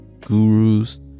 gurus